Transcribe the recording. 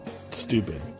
stupid